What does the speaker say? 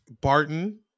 Barton